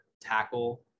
tackle